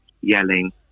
yelling